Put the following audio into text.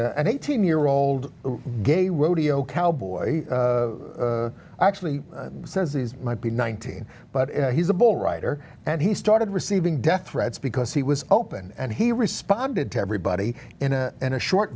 a an eighteen year old gay rodeo cowboy actually senses might be nineteen but he's a ball writer and he started receiving death threats because he was open and he responded to everybody in a in a short